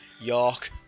York